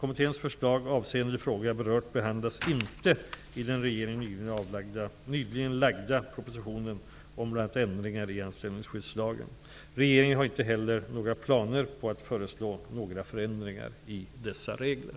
Kommitténs förslag avseende de frågor jag berört behandlas inte i den av regeringen nyligen lagda propositionen om bl.a. ändringar i anställningsskyddslagen. Regeringen har inte heller några planer på att föreslå några förändringar i dessa regler.